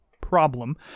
problem